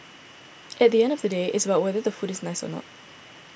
at the end of the day it's about whether the food is nice or not